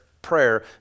Prayer